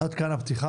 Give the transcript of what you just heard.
עד כאן הפתיחה.